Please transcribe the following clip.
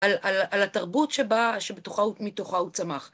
על התרבות שבה, מתוכה הוא צמח.